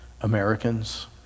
Americans